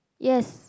yes